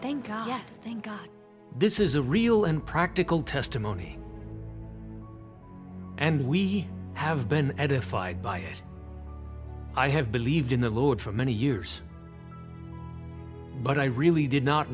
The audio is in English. thank god thank god this is a real and practical testimony and we have been edified by it i have believed in the lord for many years but i really did not